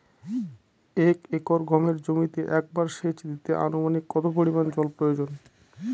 এক একর গমের জমিতে একবার শেচ দিতে অনুমানিক কত পরিমান জল প্রয়োজন?